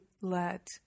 let